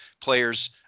players